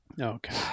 Okay